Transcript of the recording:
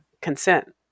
consent